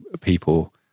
people